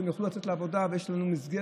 שהן יוכלו לצאת לעבודה ויש מסגרת,